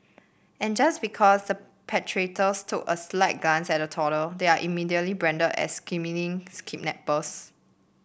and just because the perpetrators took a slight glance at a toddler they are immediately branded as scheming kidnappers